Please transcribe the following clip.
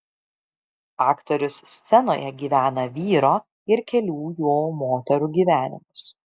aktorius scenoje gyvena vyro ir kelių jo moterų gyvenimus